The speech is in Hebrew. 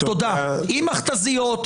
עם מחתזיות,